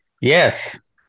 Yes